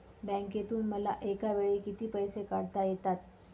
बँकेतून मला एकावेळी किती पैसे काढता येतात?